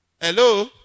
Hello